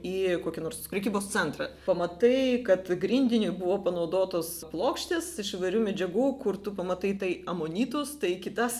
į kokį nors prekybos centrą pamatai kad grindinui buvo panaudotos plokštės iš įvairių medžiagų kur tu pamatai tai amonitus tai kitas